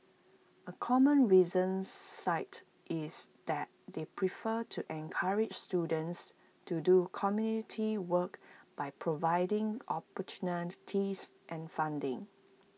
A common reason cited is that they prefer to encourage students to do community work by providing opportunities and funding